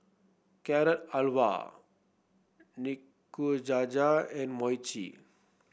Carrot Halwa Nikujaga and Mochi